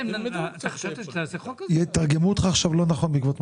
בעקבות מה שאמרת, יתרגמו אותך עכשיו לא נכון.